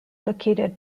located